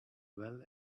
well